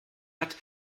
hat